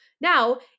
Now